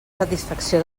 satisfacció